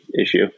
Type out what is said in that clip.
issue